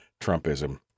Trumpism